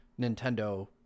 Nintendo